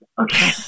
okay